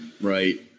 Right